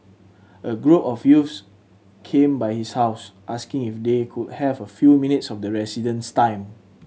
a group of youths came by his house asking if they could have a few minutes of the resident's time